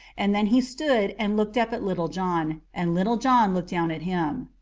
and then he stood and looked up at little john, and little john looked down at him.